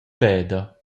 peda